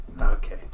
Okay